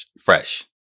fresh